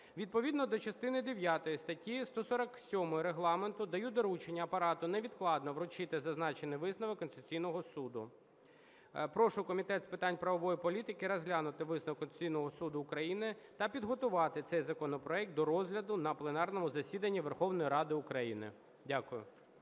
Відповідно до частини дев'ятої статті 147 Регламенту даю доручення Апарату невідкладно вручити зазначений висновок Конституційного Суду. Прошу Комітет з питань правової політики розглянути висновок Конституційного Суду України та підготувати цей законопроект до розгляду на пленарному засіданні Верховної Ради України. Дякую.